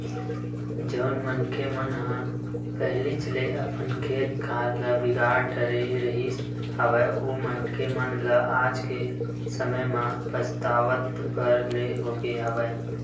जउन मनखे मन ह पहिलीच ले अपन खेत खार ल बिगाड़ डरे रिहिस हवय ओ मनखे मन ल आज के समे म पछतावत भर ले होगे हवय